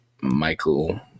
michael